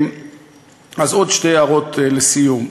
אז עוד שתי הערות לסיום.